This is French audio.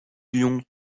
lyon